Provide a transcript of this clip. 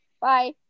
Bye